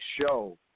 show